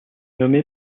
nommé